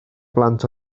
blant